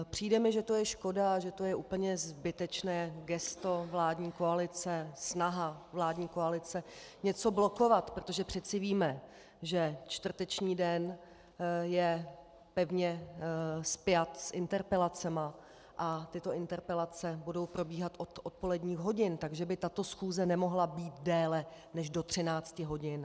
Přijde mi, že to je škoda a že to je úplně zbytečné gesto vládní koalice, snaha vládní koalice něco blokovat, protože přeci víme, že čtvrteční den je pevně spjat s interpelacemi a tyto interpelace budou probíhat od odpoledních hodin, takže by tato schůze nemohla být déle než do třinácti hodin.